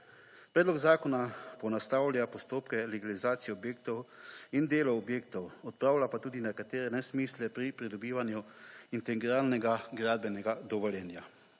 Predlog zakona ponastavlja postopke legalizacije objektov in delo objektov, odpravlja pa tudi nekatere nesmisle pri pridobivanju integralnega gradbenega dovoljenja.